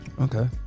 Okay